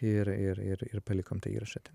ir ir ir palikom tą įrašą ten